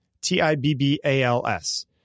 T-I-B-B-A-L-S